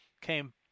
came